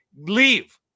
leave